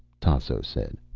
tasso said.